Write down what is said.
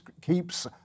keeps